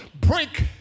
break